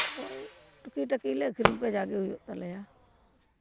ᱳᱭ ᱴᱩᱠᱤ ᱴᱟᱠᱤ ᱞᱮ ᱟᱹᱠᱷᱨᱤᱧ ᱠᱚᱣᱟ ᱡᱟᱜᱮ ᱦᱩᱭᱩᱜ ᱛᱟᱞᱮᱭᱟ